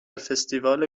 فستیوال